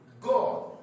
God